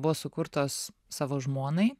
buvo sukurtos savo žmonai